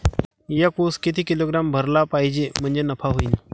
एक उस किती किलोग्रॅम भरला पाहिजे म्हणजे नफा होईन?